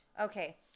okay